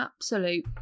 absolute